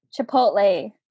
Chipotle